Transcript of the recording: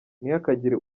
ntihakagire